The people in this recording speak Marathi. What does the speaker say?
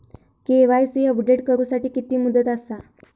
के.वाय.सी अपडेट करू साठी किती मुदत आसा?